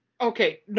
Okay